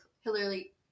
Hillary